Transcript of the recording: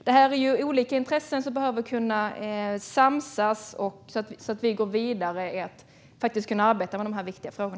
Detta är olika intressen som behöver kunna samsas så att vi kan gå vidare i arbetet med dessa viktiga frågor.